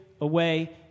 away